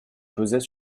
pesait